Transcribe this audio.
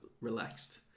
relaxed